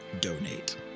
donate